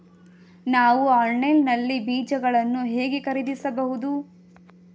ನಾವು ಆನ್ಲೈನ್ ನಲ್ಲಿ ಬೀಜಗಳನ್ನು ಹೇಗೆ ಖರೀದಿಸಬಹುದು?